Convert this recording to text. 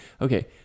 okay